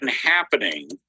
happening